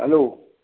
hello